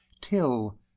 till